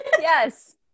yes